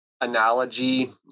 analogy